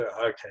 okay